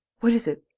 what is it.